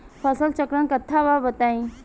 फसल चक्रण कट्ठा बा बताई?